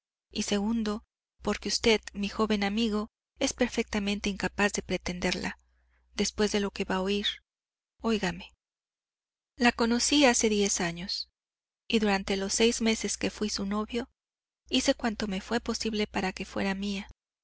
y segundo porque usted mi joven amigo es perfectamente incapaz de pretenderla después de lo que va a oir oigame la conocí hace diez años y durante los seis meses que fuí su novio hice cuanto me fué posible para que fuera mía